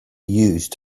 used